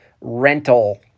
rental